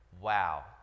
wow